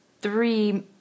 three